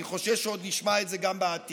ואני חושש שעוד נשמע את זה גם בעתיד,